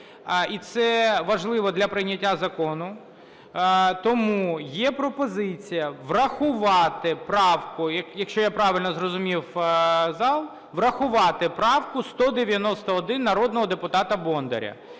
і це важливо для прийняття закону. Тому є пропозиція врахувати правку, якщо я правильно зрозумів зал, врахувати правку 191 народного депутата Бондаря.